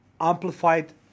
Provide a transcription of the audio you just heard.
amplified